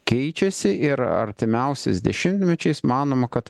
keičiasi ir artimiausiais dešimtmečiais manoma kad